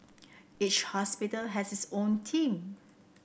each hospital has its own team